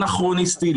אנכרוניסטי,